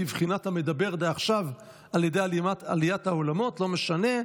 כבחינת המדבר דעכשיו על ידי עליית העולמות" לא משנה.